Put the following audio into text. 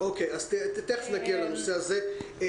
תכף נגיע לנושא הזה.